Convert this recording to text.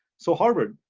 so harvard,